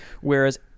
whereas